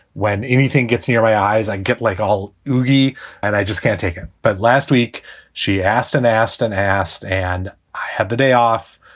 when anything gets here, my eyes, i get like all yugi and i just can't take it. but last week she asked and asked and asked and i had the day off.